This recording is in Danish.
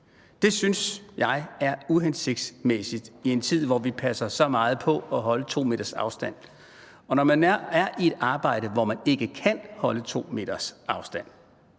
Det synes jeg er uhensigtsmæssigt i en tid, hvor vi passer så meget på at holde 2 meters afstand, og når de mennesker er i et arbejde, hvor de ikke kan holde 2 meters afstand,